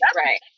right